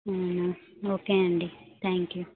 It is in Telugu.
అవునా ఓకే అండి థ్యాంక్ యు